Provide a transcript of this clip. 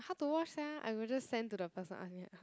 how to wash sia I would just send to the person ask them help